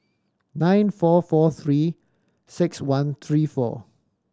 nine four four Three Six One three four